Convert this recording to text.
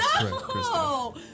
No